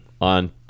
on